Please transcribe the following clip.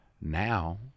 Now